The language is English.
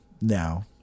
now